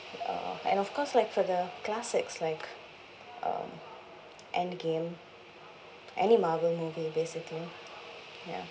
uh and of course like for the classics like uh end game any marvel movie basically ya